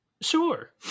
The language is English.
Sure